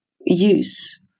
use